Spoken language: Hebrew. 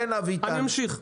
אני אמשיך.